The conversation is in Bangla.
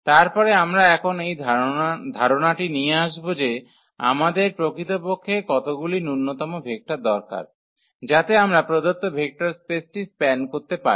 তারপরে আমরা এখন এই ধারণাটি নিয়ে আসব যে আমাদের প্রকৃতপক্ষে কতগুলি ন্যূনতম ভেক্টর দরকার যাতে আমরা প্রদত্ত ভেক্টর স্পেসটি স্প্যান করতে পারি